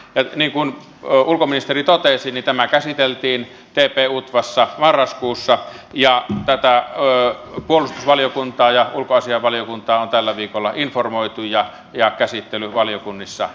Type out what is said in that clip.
niin kuin ulkoministeri totesi tämä käsiteltiin tp utvassa marraskuussa ja puolustusvaliokuntaa ja ulkoasiainvaliokuntaa on tällä viikolla informoitu ja käsittely valiokunnissa asiasta jatkuu